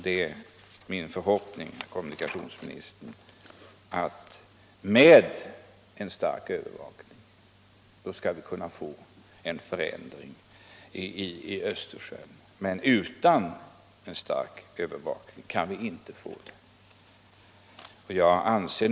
Det är min förhoppning att vi genom en stark övervakning skall kunna få en förändring i Östersjön, men utan en effektiv övervakning kan vi inte få det.